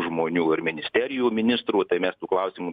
žmonių ir ministerijų ministrų tai mes tų klausimų